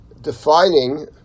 defining